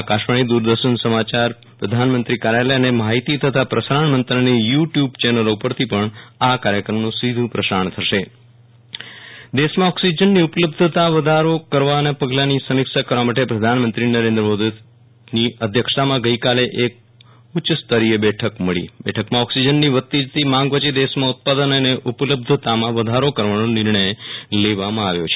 આકાશવાણી દૂરદર્શન સમાચાર પ્રધાનમંત્રી કાર્યાલયઅને માહિતી તથા પ્રસારણ મંત્રાલયની યૂ ટ્યૂ બ ચેનલો ઉપર પણ આ કાર્યક્રમનું સીધું પ્રસારણ થશ્ન વિરલ રાણા પ્રધાનમંત્રી બેઠક દેશમાં ઓક્સિજનની ઉપલબ્ધતા વધારો કરવાના પગલાની સમીક્ષા કરવા માટે પ્રધાનમંત્રી નરેન્દ્રમોદીની અધ્યક્ષતામાં ગઈકાલે એક ઉચ્ય સ્તરીય બેઠક મળી બેઠકમાં ઓક્સિજનની વધતી જતી માંગ વચ્ચે દેશમાં ઉત્પાદન અને ઉપલબ્ધતામાં વધારો કરવાનો નિર્ણય લવામાં આવ્યો છે